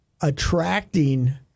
attracting